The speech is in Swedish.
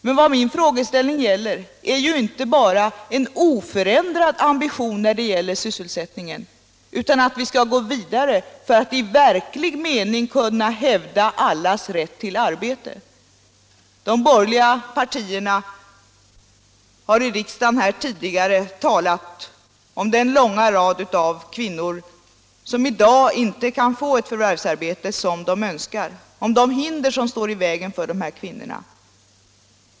Men vad min frågeställning handlar om är inte bara en oförändrad ambition i fråga om sysselsättningen utan att vi skall gå vidare för att i verklig mening kunna hävda allas rätt till arbete. De borgerliga partierna har tidigare här i riksdagen talat om den långa rad kvinnor som i dag inte kan få ett förvärvsarbete som de önskar, om de hinder som står i vägen för dem.